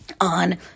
on